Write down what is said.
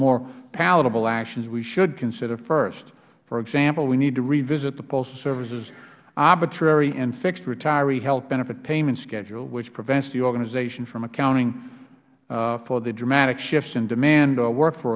more palatable actions we should consider first for example we need to revisit the postal service's arbitrary and fixed retiree health benefit payment schedule which prevents the organization from accounting for the dramatic shifts in demand of workfor